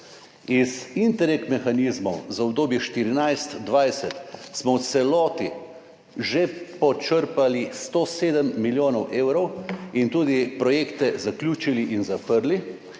Interreg za obdobje 2014–2020 smo v celoti počrpali že 107 milijonov evrov in tudi projekte zaključili in zaprli.